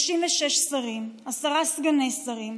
36 שרים, עשרה סגני שרים.